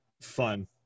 fun